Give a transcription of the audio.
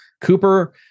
Cooper